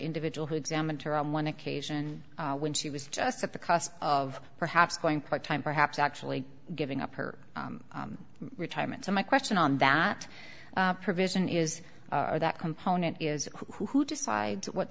individual who examined her on one occasion when she was just at the cost of perhaps going part time perhaps actually giving up her retirement so my question on that provision is that component is who decides what